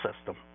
system